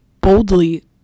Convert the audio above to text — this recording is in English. boldly